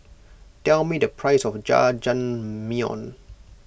tell me the price of Jajangmyeon